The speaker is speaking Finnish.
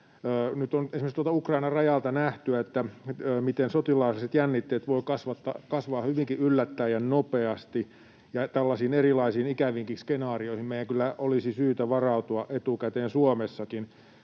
Nyt on esimerkiksi tuolta Ukrainan rajalta nähty, miten sotilaalliset jännitteet voivat kasvaa hyvinkin yllättäen ja nopeasti, ja tällaisiin erilaisiin ikäviinkin skenaarioihin meidän kyllä olisi syytä varautua etukäteen Suomessakin.